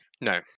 No